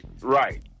Right